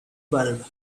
bulb